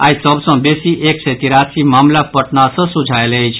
आई सभ सँ बेसी एक सय तिरासी मामिला पटना सँ सोझा आयल अछि